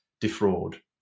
defraud